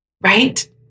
Right